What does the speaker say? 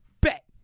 bet